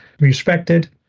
respected